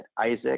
Isaac